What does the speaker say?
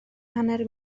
hanner